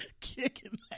Kicking